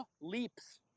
leaps